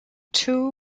too